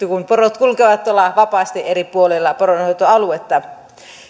kun porot kulkevat vapaasti eri puolilla poronhoitoaluetta